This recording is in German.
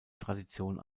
tradition